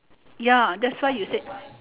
ya that's why you said